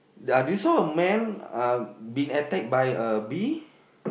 there are did you saw a man uh being attacked by a bee